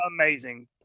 amazing